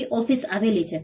ટીઓફિસ આવેલી છે